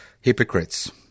hypocrites